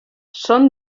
són